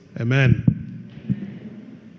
Amen